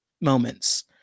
moments